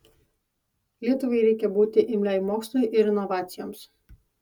lietuvai reikia būti imliai mokslui ir inovacijoms